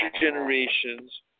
generations